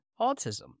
autism